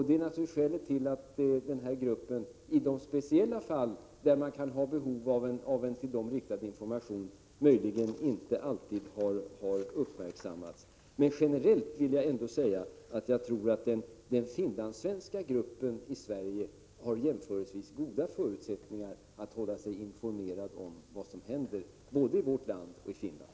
Det är naturligtvis skälet till att den här gruppen, i de speciella fall då det kan finnas behov av en till den riktad information, möjligen inte alltid har uppmärksammats. Men generellt vill jag ändå säga att jag tror att den finlandssvenska gruppen i Sverige har jämförelsevis goda förutsättningar att hålla sig informerad om vad som händer både i vårt land och i Finland.